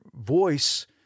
voice